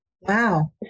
wow